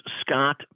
scott